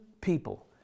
people